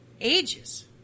ages